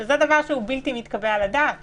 זה דבר שהוא בלתי מתקבל על הדעת